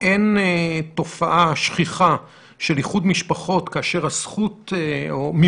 אין תופעה שכיחה של איחוד משפחות כאשר מימוש